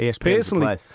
personally